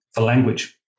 language